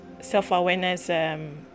self-awareness